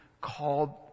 called